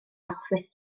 orffwys